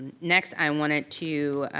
next i wanted to.